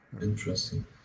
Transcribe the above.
interesting